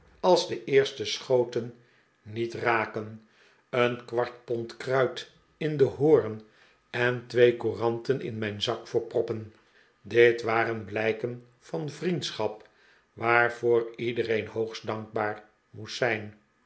als de eerste schoten niet raken een kwart pond kruit in den hoorn en twee couranten in mijn zak voor proppen dit waren blijken van vriendschap waarvoor iedereen hoogst dankbaar moest zijn